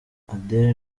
adele